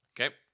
Okay